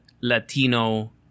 Latino